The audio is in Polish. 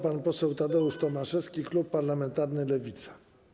Pan poseł Tadeusz Tomaszewski, Klub Parlamentarny Lewica.